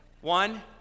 One